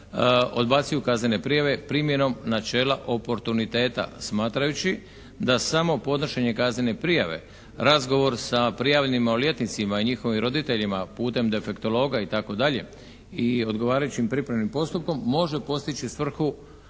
odbacuju kaznene prijave primjenom načela oportuniteta smatrajući da samo podnošenje kaznene prijave, razgovor sa prijavljenim maloljetnicima i njihovim roditeljima putem defektologa itd. i odgovarajućim pripremnim postupkom može postići svrhu